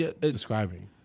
describing